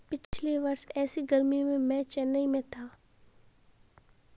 पिछले वर्ष ऐसी गर्मी में मैं चेन्नई में था